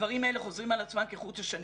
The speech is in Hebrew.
הדברים האלה חוזרים על עצמם כחוט השני.